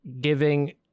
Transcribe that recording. giving